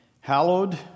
hallowed